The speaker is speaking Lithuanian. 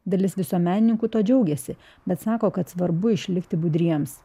dalis visuomenininkų tuo džiaugiasi bet sako kad svarbu išlikti budriems